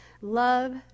Love